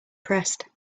pressed